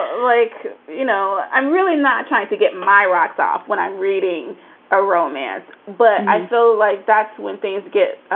like, you know, i'm really not trying to get my rocks off when i'm reading a romance, but i feel like that's when things get ah